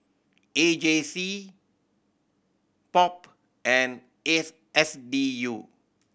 A J C POP and S S D U